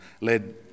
led